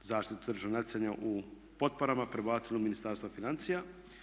zaštitu tržišnog natjecanja u potporama prebacili u Ministarstvo financija,